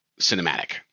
cinematic